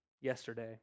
yesterday